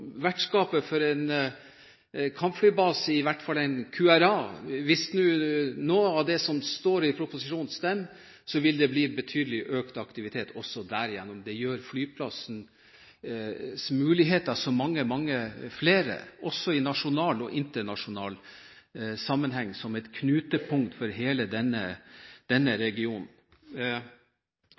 vertskapet for en kampflybase, i hvert fall en QRA. Hvis noe av det som står i proposisjonen stemmer, vil det bli betydelig økt aktivitet også gjennom det. Det gjør at flyplassen får mange flere muligheter, også i nasjonal og internasjonal sammenheng, som et knutepunkt for hele denne regionen.